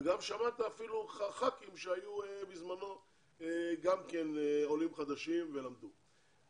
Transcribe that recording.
שמעת גם חברי כנסת שהיו בזמנו גם כן עולים חדשים ולמדו פה.